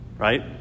Right